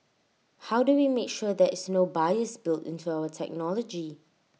how do we make sure there is no bias built into our technology